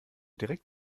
direkt